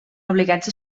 obligats